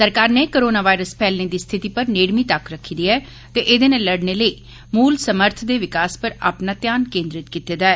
सरकार नै coronavirus फैलने दी स्थिति पर नेड़मी तक्क रक्खी दी ऐ ते एह्दे नै लड़ने लेई मूल समर्थ दे विकास पर अपना ध्यान केन्द्रित कीते दा ऐ